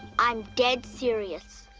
i'm dead serious.